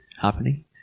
happening